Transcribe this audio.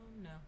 no